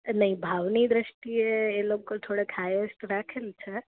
નઇ ભાવની દ્રષ્ટિએ એ લોકો થોળાક હાઈએસ્ટ રાખેલ છે